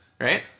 right